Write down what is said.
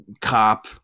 cop